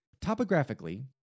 topographically